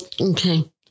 Okay